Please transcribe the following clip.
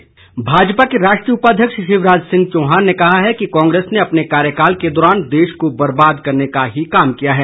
शिवराज चौहान भाजपा के राष्ट्रीय उपाध्यक्ष शिवराज सिंह चौहान ने कहा है कि कांग्रेस ने अपने कार्यकाल के दौरान देश को बर्बाद करने का ही काम किया है